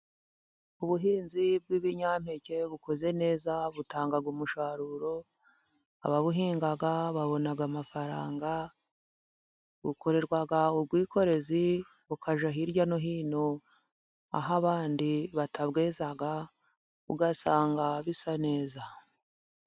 Ubuhinzi bw'ibinyampeke bukoze neza butanga umusaruro ,ababuhinga babona amafaranga, bukorerwa ubwikorezi bukajya hirya no hino, aho abandi batabweza ugasanga bisa neza.